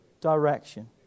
direction